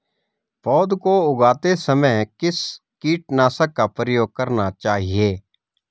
पौध को उगाते समय किस कीटनाशक का प्रयोग करना चाहिये?